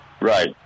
right